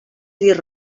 dir